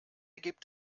gibt